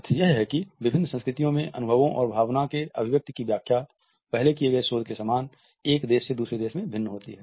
तथ्य यह है कि विभिन्न संस्कृतियों में अनुभवों और भावना के अभिव्यक्ति की व्याख्या पहले किये गए शोध के समान एक देश से दूसरे देश में भिन्न होती है